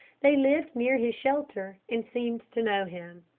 they lived near his shelter and seemed to know him.